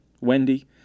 Wendy